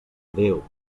déu